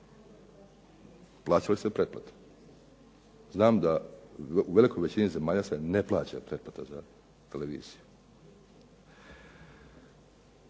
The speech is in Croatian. Plaća li se pretplata? Znam da u velikoj većini zemalja se ne plaća pretplata za televiziju.